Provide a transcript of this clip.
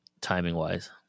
timing-wise